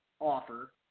offer